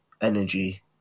energy